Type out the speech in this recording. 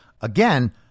Again